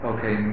Okay